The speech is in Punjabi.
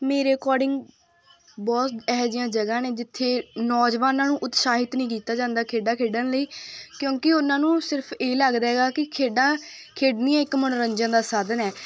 ਮੇਰੇ ਅਕੋਰਡਿੰਗ ਬਹੁਤ ਇਹੋ ਜਿਹੀਆਂ ਜਗ੍ਹਾ ਨੇ ਜਿੱਥੇ ਨੌਜਵਾਨਾਂ ਨੂੰ ਉਤਸ਼ਾਹਿਤ ਨਹੀਂ ਕੀਤਾ ਜਾਂਦਾ ਖੇਡਾਂ ਖੇਡਣ ਲਈ ਕਿਉਂਕਿ ਉਹਨਾਂ ਨੂੰ ਸਿਰਫ ਇਹ ਲੱਗਦਾ ਹੈਗਾ ਕਿ ਖੇਡਾਂ ਖੇਡਣੀਆਂ ਇੱਕ ਮਨੋਰੰਜਨ ਦਾ ਸਾਧਨ ਹੈ